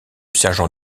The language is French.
sergent